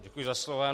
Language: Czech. Děkuji za slovo.